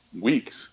weeks